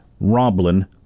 Roblin